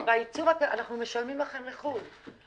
בעיצוב אנחנו משלמים לכם לחוד,